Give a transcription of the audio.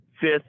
Fifth